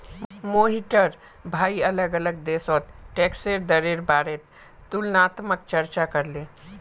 मोहिटर भाई अलग अलग देशोत टैक्सेर दरेर बारेत तुलनात्मक चर्चा करले